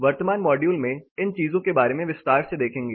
वर्तमान मॉड्यूल में इन चीजों के बारे में विस्तार से देखेंगे